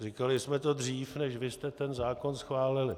Říkali jsme to dřív, než vy jste ten zákon schválili.